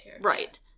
Right